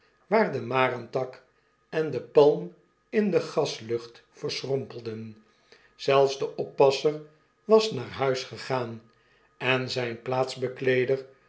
waar de marentak en de palm in de gaslucht verschrompelden zelfs de oppasser was naar huis gegaan en zyn plaatsbekleeder